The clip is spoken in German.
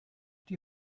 die